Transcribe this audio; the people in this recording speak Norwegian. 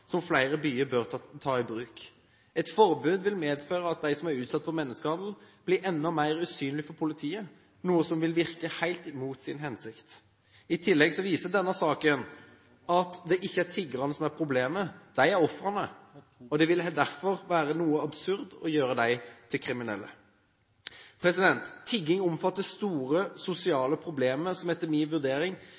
som flere byer bør ta i bruk. Et forbud vil medføre at de som er utsatt for menneskehandel, blir enda mer usynlige for politiet, noe som vil virke helt mot sin hensikt. I tillegg viser denne saken at det ikke er tiggerne som er problemet, de er ofrene, og det ville derfor være noe absurd å gjøre dem til kriminelle. Tigging omfatter store sosiale problemer som etter min vurdering